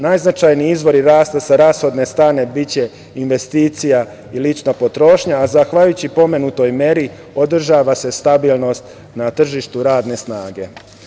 Najznačajniji izvori rasta sa rashodne strane biće investicija i lična potrošnja, a zahvaljujući pomenutoj meri, održava se stabilnost na tržištu radne snage.